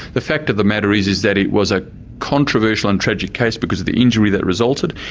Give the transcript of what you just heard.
the fact of the matter is, is that it was a controversial and tragic case because of the injury that resulted,